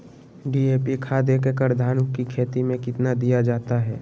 DAP खाद एक एकड़ धान की खेती में कितना दीया जाता है?